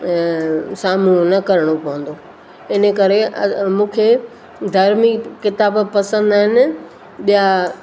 सामिनो न करिणो पवंदो इन करे मूंखे धर्मी किताब पसंदि आहिनि ॿियां